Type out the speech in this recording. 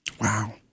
Wow